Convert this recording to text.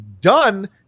done